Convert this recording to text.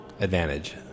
advantage